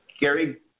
Gary